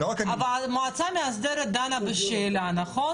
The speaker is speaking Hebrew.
המועצה המאסדרת דנה בשאלה, נכון?